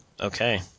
Okay